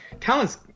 talents